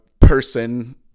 person